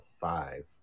five